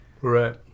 Right